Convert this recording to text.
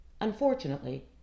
Unfortunately